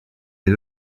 les